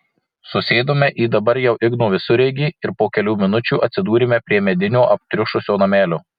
susėdome į dabar jau igno visureigį ir po kelių minučių atsidūrėme prie medinio aptriušusio namelio